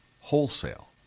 wholesale